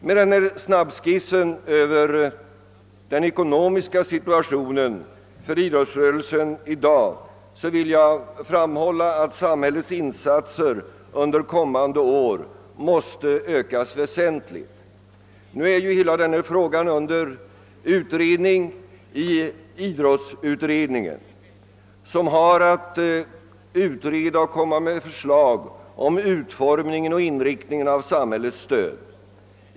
Med denna snabbskiss över dagens ekonomiska situation för idrottsrörelsen vill jag framhålla att samhällets insatser under kommande år väsentligt måste ökas. Hela denna fråga behandlas nu av idrottsutredningen, som har att komma med förslag till utformningen och inriktningen av samhällets stöd.